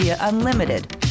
Unlimited